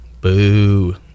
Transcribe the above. Boo